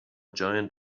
giant